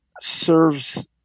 serves